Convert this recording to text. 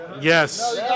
Yes